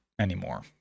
anymore